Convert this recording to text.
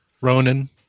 Ronan